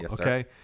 okay